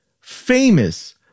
famous